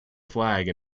flag